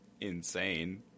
insane